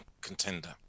contender